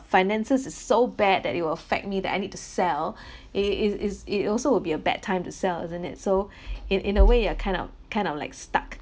finances is so bad that it will affect me that I need to sell it it is it also will be a bad time to sell isn't it so in in a way you are kind of kind of like stuck